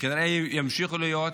וכנראה ימשיכו להיות?